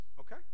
Okay